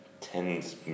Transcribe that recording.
tens